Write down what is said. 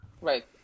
right